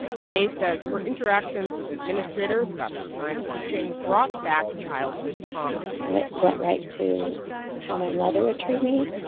rene says her interactions with administrators about her time teaching brought back childhood trauma and it went right to how my mother would treat me,